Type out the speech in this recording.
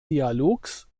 dialogs